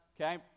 okay